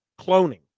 cloning